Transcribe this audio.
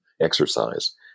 exercise